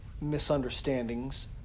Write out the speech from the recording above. misunderstandings